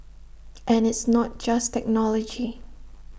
and it's not just technology